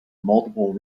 multiple